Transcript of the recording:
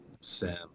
Sam